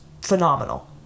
phenomenal